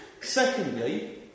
Secondly